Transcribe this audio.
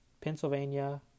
Pennsylvania